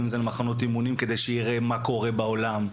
ואם זה למחנות אימונים כדי שיראה מה קורה בעולם.